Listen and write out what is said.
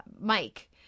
Mike